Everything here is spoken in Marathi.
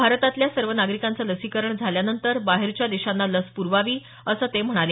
भारतातल्या सर्व नागरिकांचं लसीकरण झाल्यानंतर बाहेरच्या देशांना लस प्रवावी असं ते म्हणाले